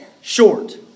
short